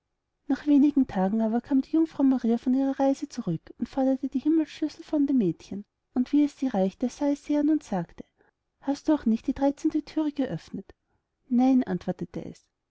nach wenigen tagen aber kam die jungfrau maria von ihrer reise zurück und forderte die himmelsschlüssel von dem mädchen und wie es sie reichte sah sie es an und sagte hast du auch nicht die dreizehnte thüre geöffnet nein antwortete es